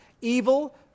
evil